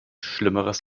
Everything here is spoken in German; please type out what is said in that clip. schlimmeres